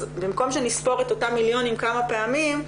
אז במקום שנספור את אותם מיליונים כמה פעמים,